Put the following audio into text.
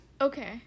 okay